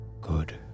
Good